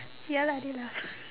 ya lah I did lah